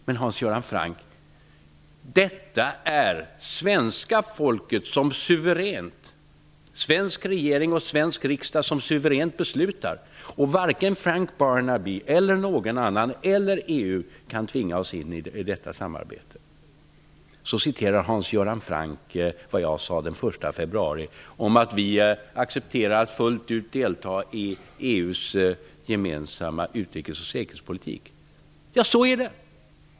Men det är svenska folket -- svensk regering och svensk riksdag -- som suveränt beslutar! Varken Frank Barnaby, någon annan eller EU kan tvinga oss in i detta samarbete. Hans Göran Franck refererar vad jag sade den 1 februari om att vi accepterar fullt ut att delta i EU:s gemensamma utrikes och säkerhetspolitik. Ja, så är det!